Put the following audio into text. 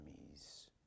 enemies